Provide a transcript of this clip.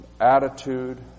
attitude